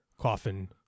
coffin